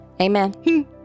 Amen